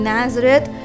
Nazareth